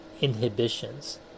inhibitions